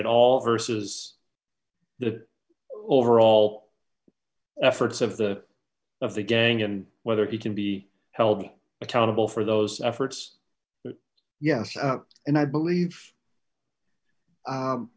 at all versus the overall efforts of the of the gang and whether he can be held accountable for those efforts yes and i believe